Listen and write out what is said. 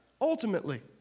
ultimately